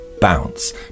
bounce